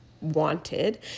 wanted